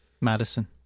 Madison